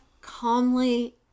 calmly